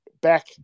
back